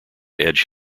edge